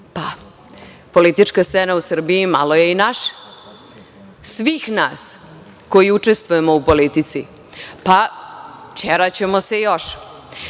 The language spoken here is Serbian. pa politička scena u Srbiji malo je i naša, svih nas koji učestvujemo u politici, pa, ćeraćemo se još. Pre